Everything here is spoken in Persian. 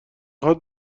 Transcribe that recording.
هات